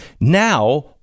now